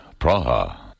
Praha